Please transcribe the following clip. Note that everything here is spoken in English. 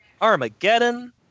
Armageddon